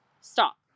Stop